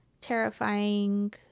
terrifying